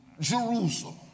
Jerusalem